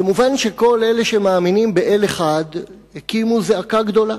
מובן שכל אלה שמאמינים באל אחד הקימו זעקה גדולה.